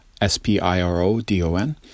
S-P-I-R-O-D-O-N